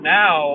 now